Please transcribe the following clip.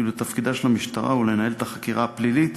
ותפקידה של המשטרה לנהל את החקירה הפלילית